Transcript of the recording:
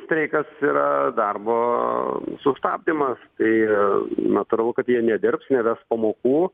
streikas yra darbo sustabdymas tai natūralu kad jie nedirbs neves pamokų